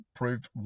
proved